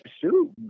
shoot